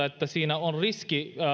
että siinä on riski